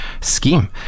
scheme